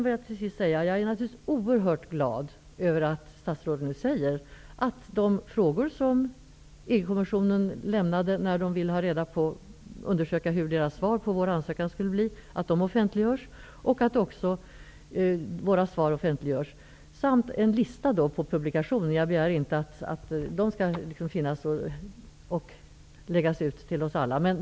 Till sist vill jag säga att jag naturligtvis är oerhört glad över att statsrådet nu säger att de frågor som EG-kommissionen lämnade, när de ville undersöka hur de skulle utforma svaret på vår ansökan, offentliggörs och att också våra svar offentliggörs och att det görs en lista över publikationer. Jag menar inte att den skall finnas och läggas ut till oss alla.